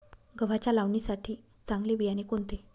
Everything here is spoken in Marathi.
गव्हाच्या लावणीसाठी चांगले बियाणे कोणते?